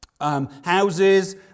houses